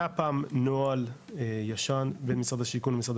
היה פעם נוהל ישן בין משרד השיכון ומשרד